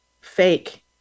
fake